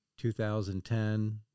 2010